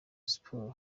siporo